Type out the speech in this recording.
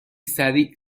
سریع